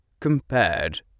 compared